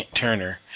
Turner